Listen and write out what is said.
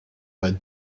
pas